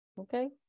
Okay